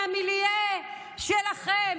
מהמיליה שלכן.